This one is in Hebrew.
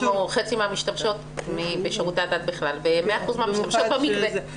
אנחנו חצי מהמשתמשות בשירותי הדת בכלל ו-100% מהמשתמשות במקווה.